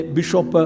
Bishop